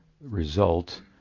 result